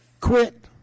Quit